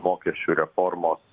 mokesčių reformos